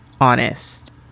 honest